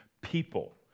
people